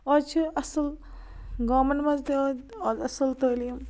آز چھِ اَصٕل گامن منٛز تہِ آز اَصٕل تعلیٖم